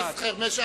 חבר הכנסת חרמש,